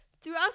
Throughout